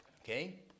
okay